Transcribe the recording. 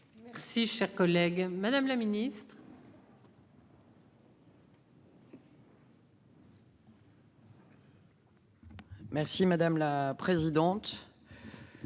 Si cher collègue, madame la ministre. Merci madame la présidente.